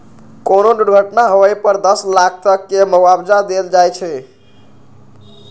कोनो दुर्घटना होए पर दस लाख तक के मुआवजा देल जाई छई